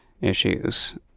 issues